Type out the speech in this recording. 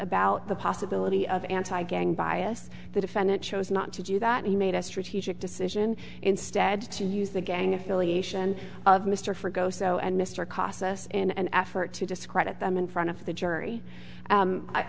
about the possibility of anti gang bias the defendant chose not to do that he made a strategic decision instead to use the gang affiliation of mr for go so and mr costs us in an effort to discredit them in front of the jury